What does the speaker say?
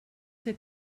que